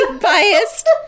biased